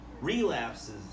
relapses